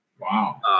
Wow